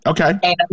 Okay